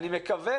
אני מקווה